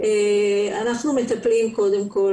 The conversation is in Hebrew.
אנחנו מטפלים קודם כל.